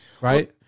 Right